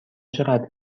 چقدر